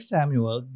Samuel